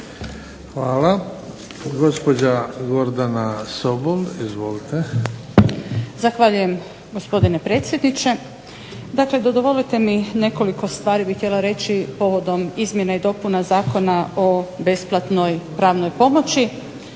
Hvala. Gospođa Gordana Sobol, izvolite. **Sobol, Gordana (SDP)** Zahvaljujem, gospodine predsjedniče. Dakle dozvolite mi, nekoliko stvari bih htjela reći povodom izmjena i dopuna Zakona o besplatnoj pravnoj pomoći.